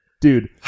Dude